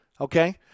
okay